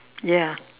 ya